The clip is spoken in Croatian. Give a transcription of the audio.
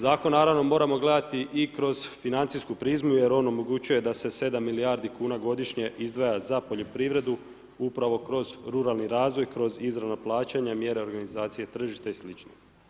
Zakon naravno moramo gledati i kroz financijsku prizmu, jer on omogućuje da se 7 milijardi kn godišnje izdvaja za poljoprivredu, upravo kroz ruralni razvoj, kroz izravna plaćanja, mjere organizacija tržišta i slično.